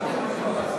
נתקבל.